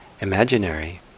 imaginary